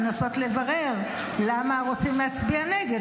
לנסות לברר למה רוצים להצביע נגד,